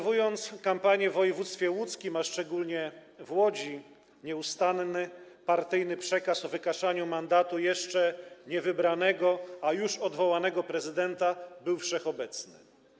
W czasie kampanii w województwie łódzkim, a szczególnie w Łodzi, nieustanny partyjny przekaz o wygaszaniu mandatu jeszcze niewybranego, a już odwołanego prezydenta był wszechobecny.